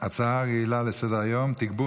הצעה רגילה לסדר-היום של חבר הכנסת ארז מלול בנושא: תגבור